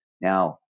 Now